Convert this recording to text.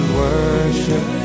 worship